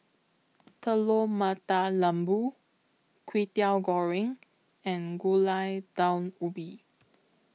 Telur Mata Lembu Kwetiau Goreng and Gulai Daun Ubi